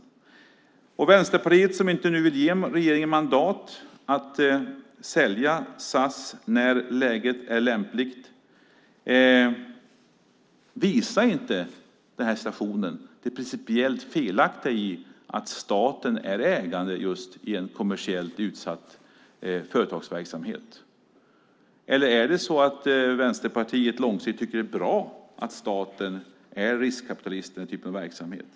Min fråga till Vänsterpartiet som inte vill ge regeringen mandat att sälja SAS när läget är lämpligt är: Visar inte situationen det principiellt felaktiga i att staten är ägande just i en kommersiellt utsatt företagsverksamhet? Eller tycker Vänsterpartiet långsiktigt att det är bra att staten är riskkapitalist i den här typen av verksamhet?